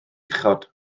uchod